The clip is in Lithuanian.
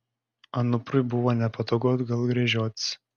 anuprui buvo nepatogu atgal gręžiotis